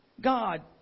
God